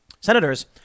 Senators